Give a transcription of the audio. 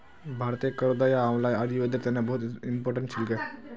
भारतीय करौदा या आंवला आयुर्वेदेर तने बहुत इंपोर्टेंट फल छिके